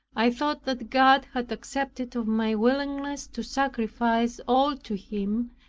i thought that god had accepted of my willingness to sacrifice all to him,